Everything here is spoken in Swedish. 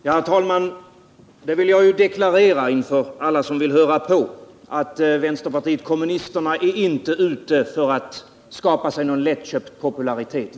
Herr talman! Jag vill deklarera inför alla som vill höra på, att vänsterpartiet kommunisterna inte är ute för att skapa sig någon lättköpt popularitet.